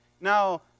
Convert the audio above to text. Now